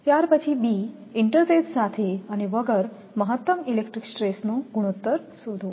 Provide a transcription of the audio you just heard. પછી બી ઇન્ટરસેથ સાથે અને વગર મહત્તમ ઇલેક્ટ્રિક સ્ટ્રેસનો ગુણોત્તર શોધો